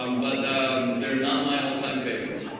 um but they're not my all time favorite.